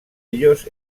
ellos